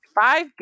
five